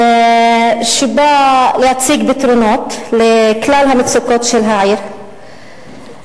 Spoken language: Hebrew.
שבאה להציג פתרונות לכלל המצוקות של העיר,